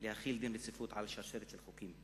להחיל דין רציפות על שרשרת של חוקים: